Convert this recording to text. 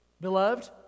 Beloved